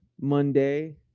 monday